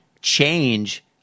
change